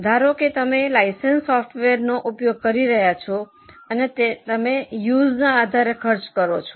ધારો કે તમે લાઇસન્સ સોફ્ટવેરનો ઉપયોગ કરી રહ્યાં છો અને તમે પર ઉઝના આધારે ખર્ચ કરો છો